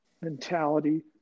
mentality